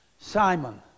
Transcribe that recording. Simon